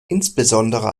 insbesondere